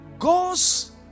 God's